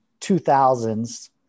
2000s